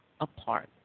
apart